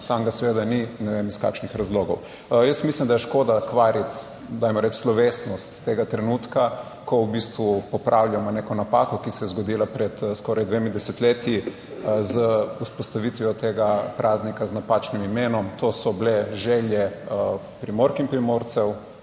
tam ga seveda ni, ne vem, iz kakšnih razlogov. Jaz mislim, da je škoda kvariti, dajmo reči, slovesnost tega trenutka, ko v bistvu popravljamo neko napako, ki se je zgodila pred skoraj dvemi desetletji z vzpostavitvijo tega praznika z napačnim imenom. To so bile želje Primork in Primorcev,